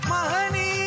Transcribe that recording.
Mahani